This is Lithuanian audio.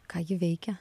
ką ji veikia